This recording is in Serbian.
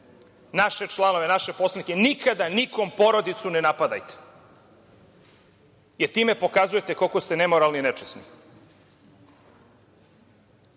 naše članove, naše poslanike, nikada nikome porodicu ne napadajte, jer time pokazujete koliko ste nemoralni i nečasni.